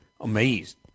amazed